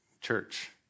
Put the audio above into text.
Church